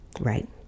right